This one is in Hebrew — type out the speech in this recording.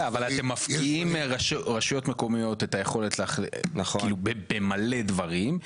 אתם מפקיעים מרשויות מקומיות את היכולת להחליט במלא דברים,